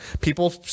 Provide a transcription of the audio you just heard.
people